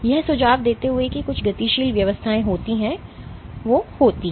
यह सुझाव देते हुए कि कुछ गतिशील व्यवस्थाएं होती हैं जो होती हैं